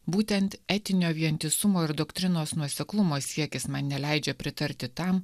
būtent etinio vientisumo ir doktrinos nuoseklumo siekis man neleidžia pritarti tam